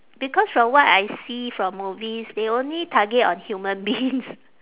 because from what I see from movies they only target on human beings